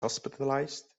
hospitalised